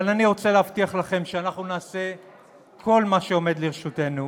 אבל אני רוצה להבטיח לכם שאנחנו נעשה כל מה שעומד לרשותנו,